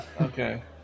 Okay